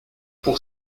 pour